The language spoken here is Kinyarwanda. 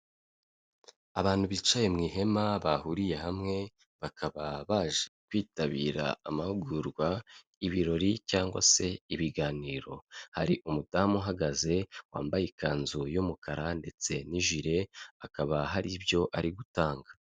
Abantu bicaye mu ihema bahuriye hamwe, bakaba baje kwitabira amahugurwa, ibirori cyangwa se ibiganiro. Hari umudamu uhagaze wambaye ikanzu y'umukara ndetse n'ijire, hakaba hari ibyo ari gutanga.